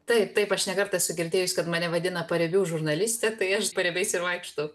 taip taip aš ne kartą esu girdėjus kad mane vadina paribių žurnalistė tai aš paribiais ir vaikštau